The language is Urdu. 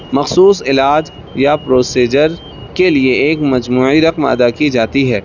مخصوص علاج یا پروسیجر کے لیے ایک مجموعی رقم ادا کی جاتی ہے